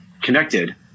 connected